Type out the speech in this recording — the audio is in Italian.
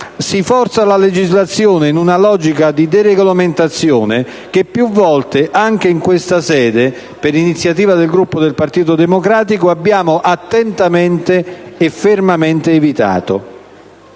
si forza la legislazione in una logica di deregolamentazione che più volte, anche in questa sede, per iniziativa del Gruppo del Partito Democratico abbiamo attentamente e fermamente evitato.